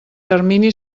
termini